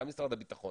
וגם משרד הביטחון